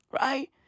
Right